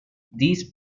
these